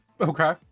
Okay